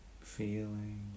feeling